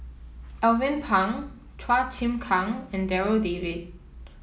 Alvin Pang Chua Chim Kang and Darryl David